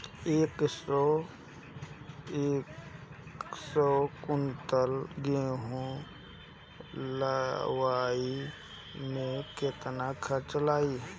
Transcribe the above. एक सौ कुंटल गेहूं लदवाई में केतना खर्चा लागी?